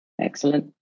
Excellent